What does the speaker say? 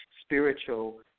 spiritual